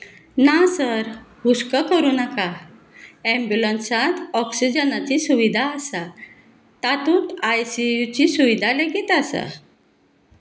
ना सर हुसको करूं नाका एम्ब्युलन्सांत ऑक्सिजनाची सुविधा आसा तातूंत आयसीयूची सुविधा लेगीत आसा